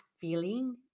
feeling